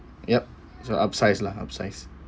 yup so upsize lah upsize